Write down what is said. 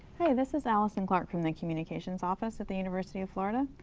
hi, this is ah alisson clark from the communications office at the university of florida.